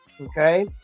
Okay